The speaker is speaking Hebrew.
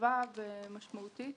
חשובה ומשמעותית,